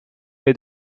bij